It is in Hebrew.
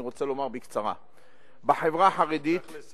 אני רוצה לומר בקצרה: בחברה החרדית,